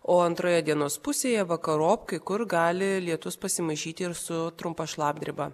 o antroje dienos pusėje vakarop kai kur gali lietus pasimaišyti ir su trumpa šlapdriba